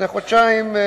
לפני חודשיים,